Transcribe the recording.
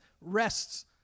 rests